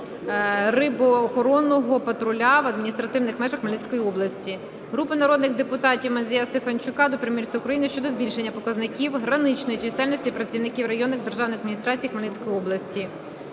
рибоохоронного патруля в адміністративних межах Хмельницької області. Групи народних депутатів (Мандзія, Стефанчука) до Прем'єр-міністра України щодо збільшення показників граничної чисельності працівників районних державних адміністрацій Хмельницької області.